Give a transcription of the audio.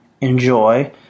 enjoy